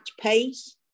pace